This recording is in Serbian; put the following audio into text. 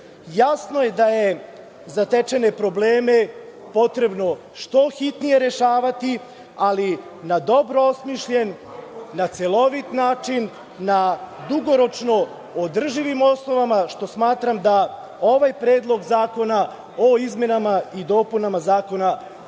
jasno je da je zatečene probleme potrebno što hitnije rešavati, ali na dobro osmišljen, na celovit način, na dugoročno održivim osnovama što smatram da ovaj predlog zakona o izmenama i dopunama zakona